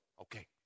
Okay